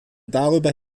darüber